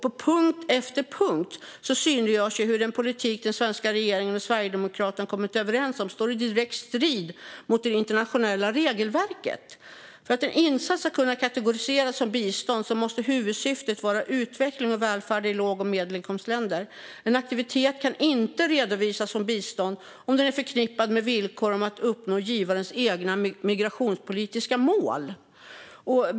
På punkt efter punkt synliggörs hur den politik den svenska regeringen och Sverigedemokraterna kommit överens om står i direkt strid med det internationella regelverket. För att en insats ska kunna kategoriseras som bistånd måste huvudsyftet vara utveckling och välfärd i låg och medelinkomstländer. En aktivitet kan inte redovisas som bistånd om den är förknippad med villkor om att uppnå givarens egna migrationspolitiska mål.